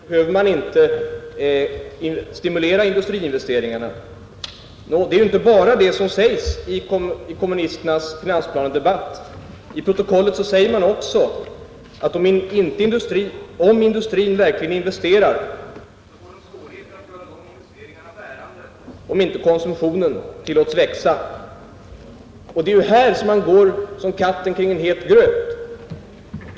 Herr talman! Herr Berndtson i Linköping menar att det bara är en skillnad i konjunkturbedömningen. Bytesbalansproblemet var inte så svårt, och därför behöver man inte stimulera industriinvesteringarna. Nå, det är inte bara det som sägs i kommunisternas finansplanedebatt. I protokollet säger man också att om industrin verkligen investerar, så får den svårigheter att göra dessa investeringar bärande, om inte konsumtionen tillåts växa. Det är ju här som man går som katten kring het gröt.